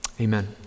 amen